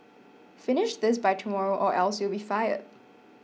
finish this by tomorrow or else you'll be fired